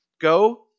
Go